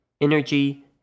energy